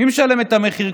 מי משלם את המחיר?